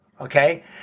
okay